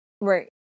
right